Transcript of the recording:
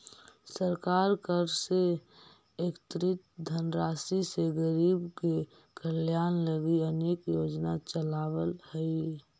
सरकार कर से एकत्रित धनराशि से गरीब के कल्याण लगी अनेक योजना चलावऽ हई